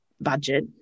budget